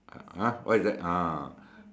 !huh! what is that ah